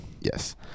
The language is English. Yes